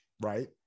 right